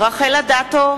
רחל אדטו,